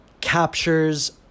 captures